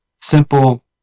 simple